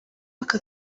aka